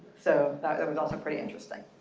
so that was also pretty interesting.